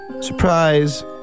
Surprise